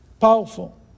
powerful